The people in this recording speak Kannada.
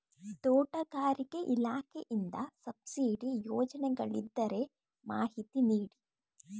ತೋಟಗಾರಿಕೆ ಇಲಾಖೆಯಿಂದ ಸಬ್ಸಿಡಿ ಯೋಜನೆಗಳಿದ್ದರೆ ಮಾಹಿತಿ ನೀಡಿ?